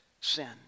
sin